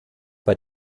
bei